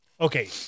Okay